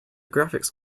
graphics